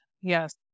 Yes